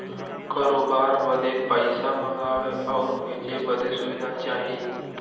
करोबार बदे पइसा मंगावे आउर भेजे बदे सुविधा चाही